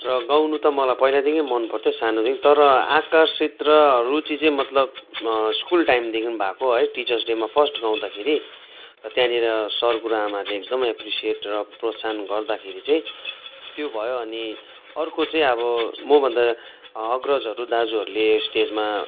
र गाउनु त मलाई पैलादेखि नै मन पर्थ्यो सानोदेखि तर आकर्षित र रुचि चाहिँ मतलब स्कुल टाइमदेखि भएको है टिचर्स डेमा फर्स्ट गाउँदाखेरि र त्यहाँनिर सर गुरुमाले एकदमै एप्रिसिएट र प्रोत्साहन गर्दाखेरि चाहिँ त्यो भयो अनि अर्को चाहिँ अब मभन्दा अग्रजहरू दाजुहरूले स्टेजमा